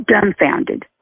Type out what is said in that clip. dumbfounded